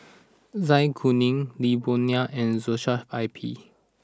Zai Kuning Lee Boon Ngan and Joshua I P